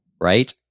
Right